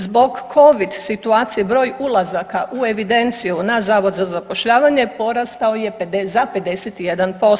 Zbog Covid situacije broj ulazaka u evidenciju na zavod za zapošljavanje porastao je za 51%